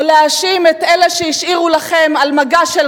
או להאשים את אלה שהשאירו לכם על מגש של